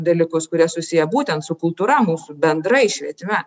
dalykus kurie susiję būtent su kultūra mūsų bendrai švietime